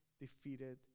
defeated